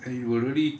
and you will really